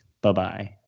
Bye-bye